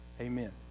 Amen